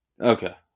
Okay